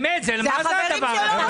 באמת, מה זה הדבר הזה?